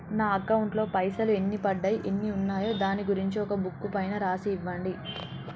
నా అకౌంట్ లో పైసలు ఎన్ని పడ్డాయి ఎన్ని ఉన్నాయో దాని గురించి ఒక బుక్కు పైన రాసి ఇవ్వండి?